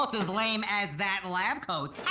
ah as lame as that lab coat. yeah,